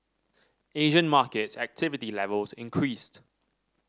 Asian markets activity levels increased